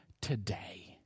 today